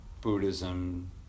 Buddhism